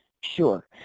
Sure